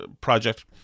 project